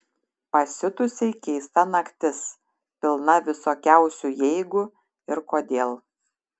pasiutusiai keista naktis pilna visokiausių jeigu ir kodėl